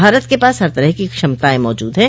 भारत के पास हर तरह की क्षमताएं मौजूद है